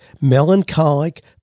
melancholic